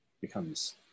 becomes